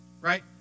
right